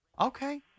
Okay